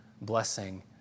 blessing